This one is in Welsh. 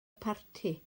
parti